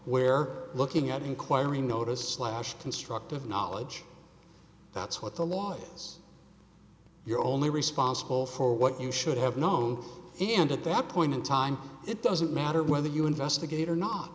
where looking at inquiry noticed slash constructive knowledge that's what the lawyers you're only responsible for what you should have known and at that point in time it doesn't matter whether you investigate or not